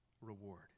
reward